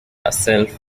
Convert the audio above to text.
herself